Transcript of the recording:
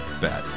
bet